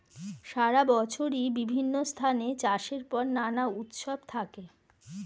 সারা বছরই বিভিন্ন স্থানে চাষের পর নানা উৎসব থাকে